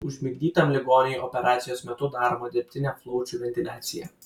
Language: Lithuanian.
užmigdytam ligoniui operacijos metu daroma dirbtinė plaučių ventiliacija